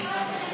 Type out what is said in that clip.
קורה עם